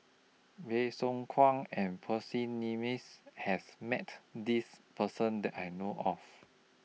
Bey Soo Khiang and Percy Mcneice has Met This Person that I know of